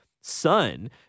son